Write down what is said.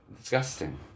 disgusting